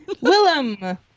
Willem